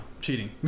cheating